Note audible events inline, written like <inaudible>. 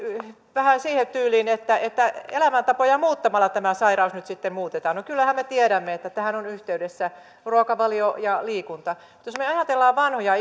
vähän siihen tyyliin että että elämäntapoja muuttamalla tämä sairaus nyt sitten muutetaan no kyllähän me tiedämme että tähän on yhteydessä ruokavalio ja liikunta mutta jos me ajattelemme vanhoja <unintelligible>